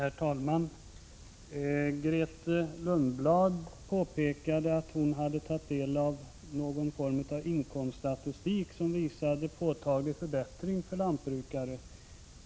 Herr talman! Grethe Lundblad påpekade att hon hade tagit del av någon form av inkomststatistik som visade en påtaglig förbättring för lantbrukare.